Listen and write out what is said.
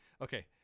Okay